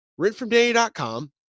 rentfromdanny.com